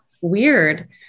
weird